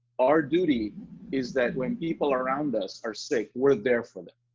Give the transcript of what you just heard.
our duty is that when people around us are sick, we're there for them.